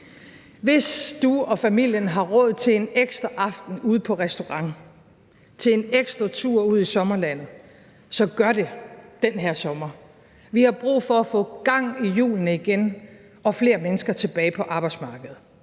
Hvis du og familien har råd til en ekstra aften ude på restaurant, til en ekstra tur ud i sommerlandet, så gør det den her sommer. Vi har brug for at få gang i hjulene igen og flere mennesker tilbage på arbejdsmarkedet.